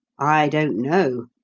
i don't know,